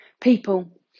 People